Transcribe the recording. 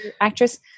actress